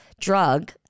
drug